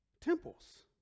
temples